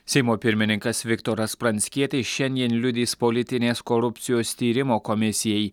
seimo pirmininkas viktoras pranckietis šiandien liudys politinės korupcijos tyrimo komisijai